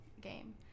game